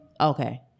Okay